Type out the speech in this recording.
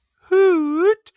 Hoot